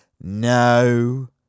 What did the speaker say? No